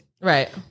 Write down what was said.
Right